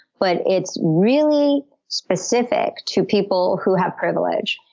but it's really specific to people who have privilege.